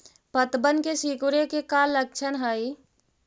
पत्तबन के सिकुड़े के का लक्षण हई?